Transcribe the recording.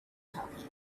talking